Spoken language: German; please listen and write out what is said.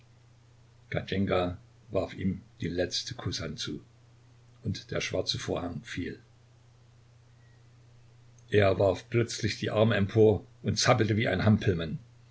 warf ihm die letzte kußhand zu und der schwarze vorhang fiel er warf plötzlich die arme empor und zappelte wie ein hampelmann